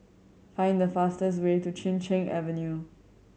find the fastest way to Chin Cheng Avenue